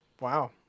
Wow